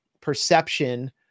perception